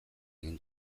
egin